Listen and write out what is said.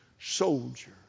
Soldier